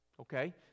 Okay